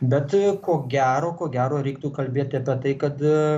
bet ko gero ko gero reiktų kalbėti apie tai kad